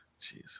Jeez